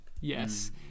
Yes